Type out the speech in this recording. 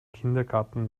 kindergarten